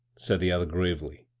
said the other gravely.